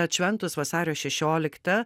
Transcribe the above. atšventus vasario šešioliktą